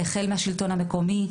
החל מהשלטון המקומי,